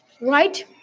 Right